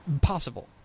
possible